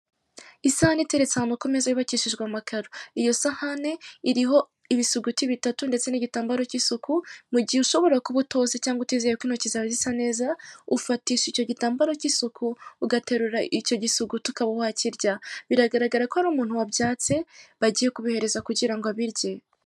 Isahani iteretse ahantu ku meza yubakishijwe amakaro. Iyo sahane iriho ibisuguti bitatu ndetse n'igitambaro cy'isuku, mu gihe ushobora kuba utoze cyangwa utizeye ko intoki zawe zisa neza, ufatisha icyo gitambaro cy'isuku ugaterura icyo gisuguti ukaba wakirya. Biragaragara ko ari umuntu wabyatse bagiye kubihereza kugira ngo abirye.